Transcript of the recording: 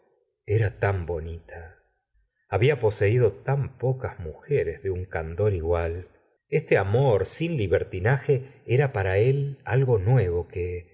era tan bonita había poseído tan pocas mujeres de un candor igual este amor sin libertinaje era para él algo nuevo que